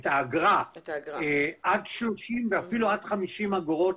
האגרה עד 30 ואפילו עד 50 אגורות.